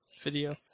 Video